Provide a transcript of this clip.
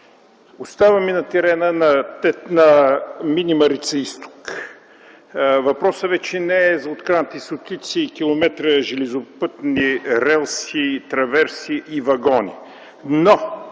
Оставаме на терена на мини „Марица Изток”. Въпросът вече не е за откраднати стотици километри железопътни релси, траверси и вагони,